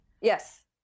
Yes